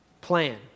plan